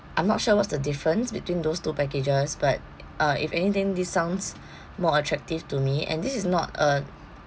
I'm not sure what's the difference between those two packages but uh if anything this sounds more attractive to me and this is not a